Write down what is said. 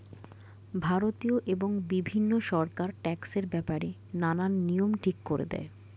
ভারতীয় এবং বিভিন্ন সরকার ট্যাক্সের ব্যাপারে নানান নিয়ম ঠিক করে দেয়